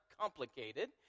complicated